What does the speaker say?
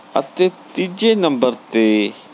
ਅਤੇ ਤੀਜੇ ਨੰਬਰ 'ਤੇ